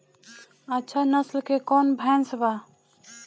अच्छा नस्ल के कौन भैंस बा?